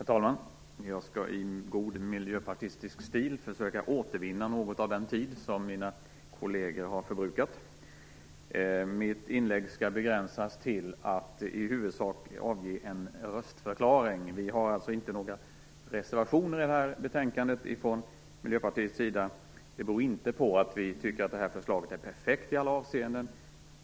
Herr talman! Jag skall i god miljöpartistisk stil försöka återvinna något av den tid som mina kolleger har förbrukat. Mitt inlägg skall begränsas till att i huvudsak avge en röstförklaring. Vi har alltså inte från Miljöpartiets sida några reservationer till det här betänkandet. Det beror inte på att vi tycker att det här förslaget är perfekt i alla avseenden.